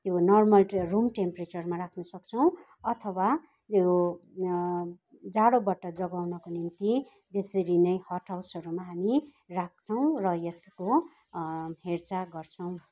त्यो normal room टेम्प्रेचरमा राख्न सक्छौँ अथवा यो जाडोबाट जोगाउनको निम्ति त्यसरी नै हट हाउसहरूमा हामी राख्छौँ र यसको हेरचाह गर्छौँ